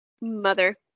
Mother